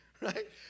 right